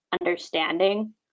understanding